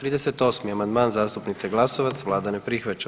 38. amandman zastupnice Glasovac, vlada ne prihvaća.